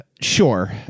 sure